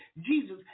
Jesus